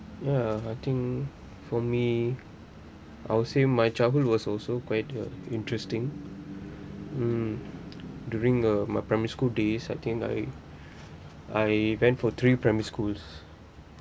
ya I think for me I would say my childhood was also quite uh interesting mm during uh my primary school days I think I I went for three primary schools